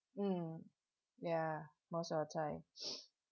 mm ya most of the time